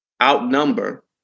Outnumber